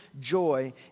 joy